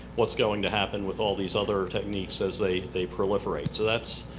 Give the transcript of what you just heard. what's going to happen with all of these other techniques as they they proliferate? so that's